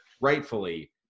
rightfully